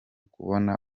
kubona